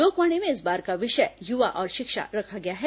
लोकवाणी में इस बार का विषय युवा और शिक्षा रखा गया है